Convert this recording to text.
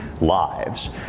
lives